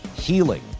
healing